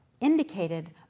indicated